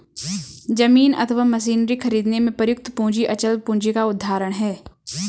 जमीन अथवा मशीनरी खरीदने में प्रयुक्त पूंजी अचल पूंजी का उदाहरण है